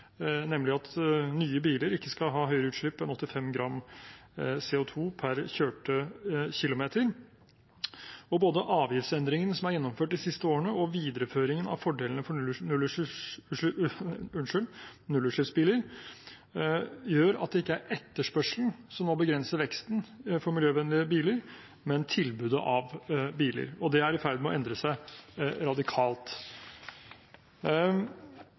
nemlig at nye biler ikke skal ha høyere utslipp enn 85 gram CO 2 per kjørte kilometer. Både avgiftsendringene som er gjennomført de siste årene, og videreføringen av fordelene for nullutslippsbiler gjør at det ikke er etterspørselen som nå begrenser veksten for miljøvennlige biler, men tilbudet av biler. Det er i ferd med å endre seg radikalt.